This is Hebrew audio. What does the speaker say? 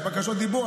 יש בקשות דיבור,